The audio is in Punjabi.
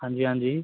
ਹਾਂਜੀ ਹਾਂਜੀ